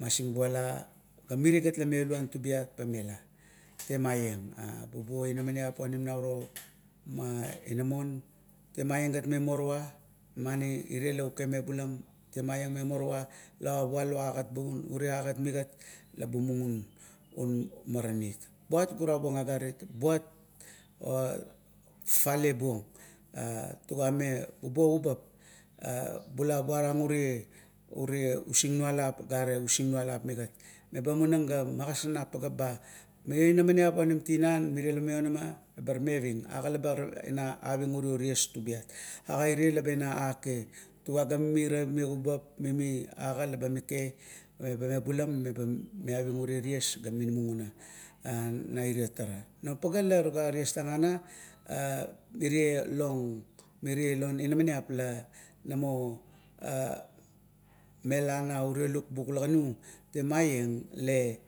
Masingbula ga mirie gat la mauluan tubiat eba mela. Temaieng bubuo inamaniap nauro inamon, temaieng gat me morowa mani ire gan la uke me bulam, temaieng me morowa la wal agat bun ure agat migat la bumugunmaranit. Buat gura buong agarit, buat fafale buong a tugame bubuo kubap la bula buarang ure usinngnualap gare usinualap migat. Ba munang ga magosar nung pageapba, mae inamaniap onim tinana mera la maionama lebar meving. A ga laba aving ureo ties tubiat aga ire laba ina ake? Tuga ga mimira mimi kubap agaeba ake mebula meba miavinng ure ties ga ake me bbulam naire tara. Non pagea la tuga ties tang ana, mire lon inamaniap la namo omela naure lukbuk ula ganu, temaieng le